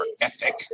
Epic